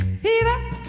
Fever